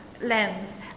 lens